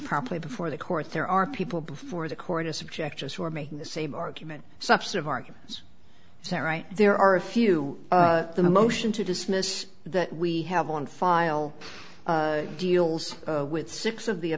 properly before the court there are people before the court a subject us who are making the same argument subset of arguments is that right there are a few the motion to dismiss that we have on file deals with six of the